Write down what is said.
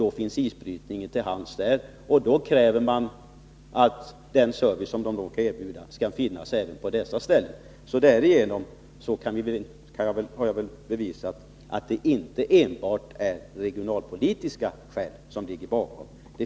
Då finns isbrytningen till hands där, och då kräver man att den service som kan erbjudas skall finnas även på dessa ställen. Därigenom har jag väl bevisat att det inte enbart är regionalpolitiska skäl som ligger bakom.